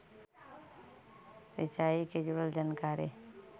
सिंचाई से जुड़ल जानकारी?